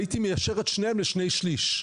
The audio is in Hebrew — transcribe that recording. הייתי מיישר את שניהם לשני שליש,